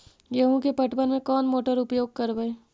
गेंहू के पटवन में कौन मोटर उपयोग करवय?